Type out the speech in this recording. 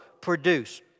produce